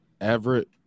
Everett